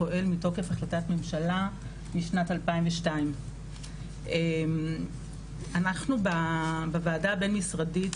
פועל מתוקף החלטת ממשלה משנת 2002. אנחנו בוועדה הבין-משרדית